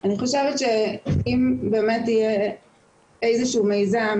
אני חושבת שאם באמת יהיה איזה שהוא מיזם